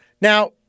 Now